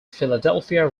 philadelphia